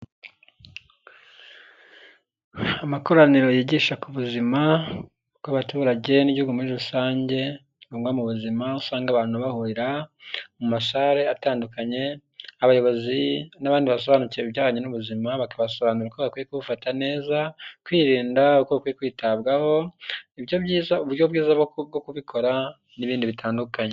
Amakoraniro yigisha ku buzima bw'abaturage n'igihugu muri rusange nibwo mu buzima usanga abantu bahurira mu masare atandukanye abayobozi n'abandi basobanukiwe ibijyanye n'ubuzima bakabasobanurira uko bakwiye kubafata neza kwirinda uko bakwiye kwitabwaho, nibyo byiza uburyo bwiza bwo kubikora n'ibindi bitandukanye.